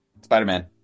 Spider-Man